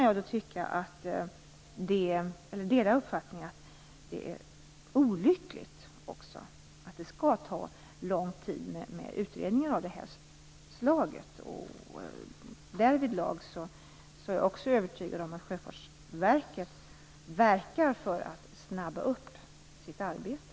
Jag kan dela uppfattningen att det är olyckligt att utredningar av det här slaget skall ta så lång tid. Därvidlag är jag också övertygad om att Sjöfartsverket verkar för att snabba upp sitt arbete.